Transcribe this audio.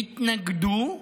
התנגדו.